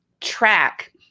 track